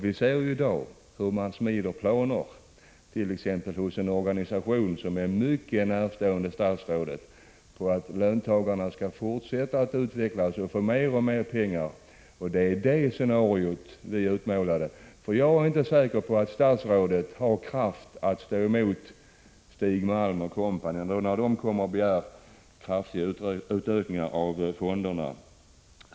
Vi ser i dag hur man smider planer, t.ex. hos en organisation som är statsrådet mycket närstående, på att löntagarfonderna skall fortsätta att utvecklas och få mer och mer pengar. Det var detta scenario som vi utmålade. Jag är inte säker på att statsrådet har kraft att stå emot när Stig Malm & Co. kommer och begär stora utökningar av fonderna.